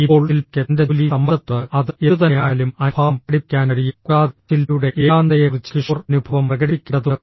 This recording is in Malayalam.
ഇപ്പോൾ ശിൽപയ്ക്ക് തൻറെ ജോലി സമ്മർദ്ദത്തോട് അത് എന്തുതന്നെയായാലും അനുഭാവം പ്രകടിപ്പിക്കാൻ കഴിയും കൂടാതെ ശിൽപയുടെ ഏകാന്തതയെക്കുറിച്ച് കിഷോർ അനുഭാവം പ്രകടിപ്പിക്കേണ്ടതുണ്ട്